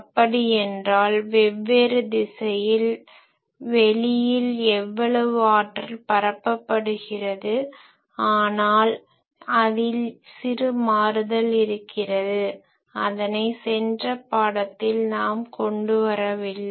அப்படியென்றால் வெவ்வேறு திசையில் வெளியில் எவ்வளவு ஆற்றல் பரப்பபடுகிறது ஆனால் அதில் சிறு மாறுதல் இருக்கிறது அதனை சென்ற பாடத்தில் நாம் கொண்டு வரவில்லை